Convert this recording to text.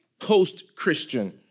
post-Christian